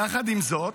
יחד עם זאת,